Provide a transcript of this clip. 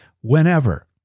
whenever